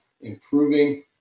improving